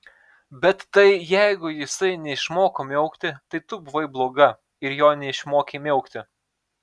bet tai jeigu jisai neišmoko miaukti tai tu buvai bloga ir jo neišmokei miaukti